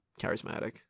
charismatic